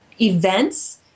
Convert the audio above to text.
events